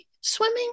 swimming